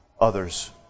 others